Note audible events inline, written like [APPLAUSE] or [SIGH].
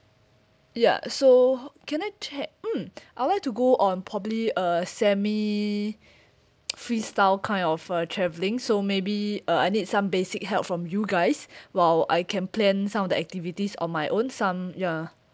ya so can I check mm [BREATH] I would like to go on probably uh semi [BREATH] [NOISE] freestyle kind of uh travelling so maybe uh I need some basic help from you guys [BREATH] while I can plan some of the activities on my own some ya